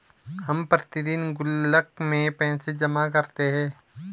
हम प्रतिदिन गुल्लक में पैसे जमा करते है